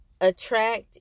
attract